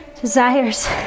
desires